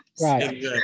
Right